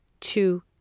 two